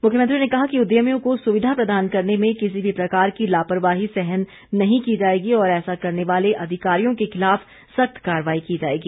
मुख्यमंत्री ने कहा कि उद्यमियों को सुविधा प्रदान करने में किसी भी प्रकार की लापरवाही सहन नहीं की जाएगी और ऐसा करने वाले अधिकारियों के खिलाफ सख्त कार्रवाई की जाएगी